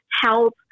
help